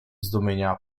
zdumienia